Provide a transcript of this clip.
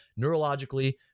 neurologically